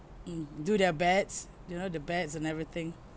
mm do their beds you know the beds and everything